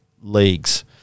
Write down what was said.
leagues